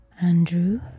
Andrew